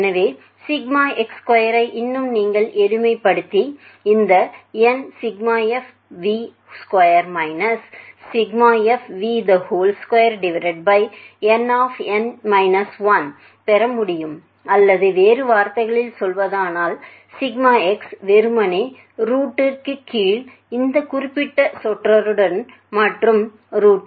எனவே σx2 ஐ இன்னும் நீங்கள் எளிமைப்படுத்தி இந்த nfv2 2n பெற முடியும் அல்லது வேறு வார்த்தைகளில் சொல்வதென்றால் σx வெறுமனே ரூட்க்கு கீழ் இந்தக் குறிப்பிட்ட சொற்றெடர் மற்றும் nfv2 2n